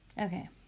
Okay